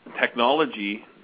technology